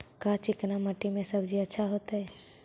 का चिकना मट्टी में सब्जी अच्छा होतै?